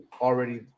already